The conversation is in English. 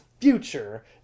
future